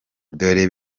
dore